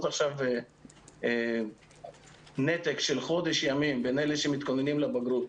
עכשיו נתק של חודש ימים בין אלה שמתכוננים לבגרות,